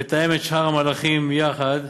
שנתאם את שאר המהלכים ביחד,